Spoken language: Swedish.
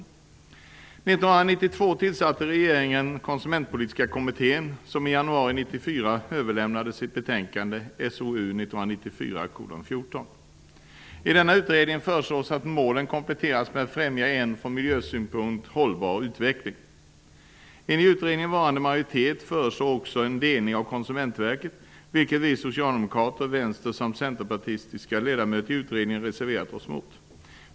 1992 tillsatte regeringen Konsumentpolitiska kommittén, som i januari 1994 överlämnade sitt betänkande SOU 1994:14. I denna utredning föreslås att målen kompletteras med att främja en från miljösynpunkt hållbar utveckling. En i utredningen varande majoritet föreslår också en delning av Konsumentverket, vilket vi socialdemokrater, Vänsterpartiet samt Centerpartiets ledamot i utredningen har reserverat oss mot.